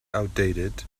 outdated